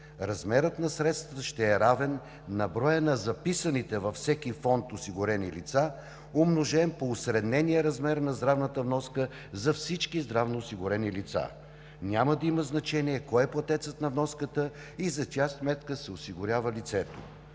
Размерът на средствата ще е равен на броя на записаните във всеки фонд осигурени лица, умножен по усреднения размер на здравната вноска за всички здравноосигурени лица. Няма да има значение кой е платецът на вноската и за чия сметка се осигурява лицето.